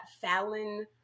Fallon